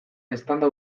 eztanda